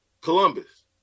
Columbus